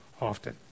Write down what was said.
often